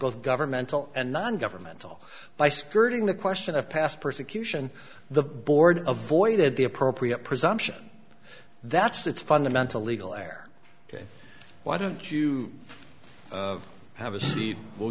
both governmental and non governmental by skirting the question of past persecution the board avoided the appropriate presumption that's its fundamental legal air ok why don't you have a seat we'll